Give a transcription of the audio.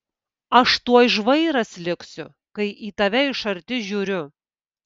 aš tuoj žvairas liksiu kai į tave iš arti žiūriu